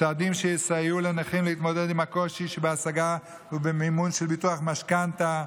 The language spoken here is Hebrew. צעדים שיסייעו לנכים להתמודד עם הקושי שבהשגה ובמימון של ביטוח משכנתה,